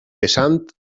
vessant